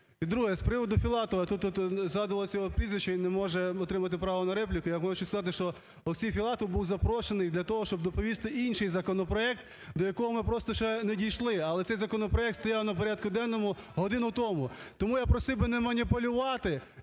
друге. З приводу Філатова. Тут от згадувалося його прізвище, він не може отримати право на репліку. Я хочу сказати, що Олексій Філатов був запрошений для того, щоб доповісти інший законопроект, до якого ми просто ще не дійшли. Але цей законопроект стояв на порядку денному годину тому. Тому я просив би не маніпулювати,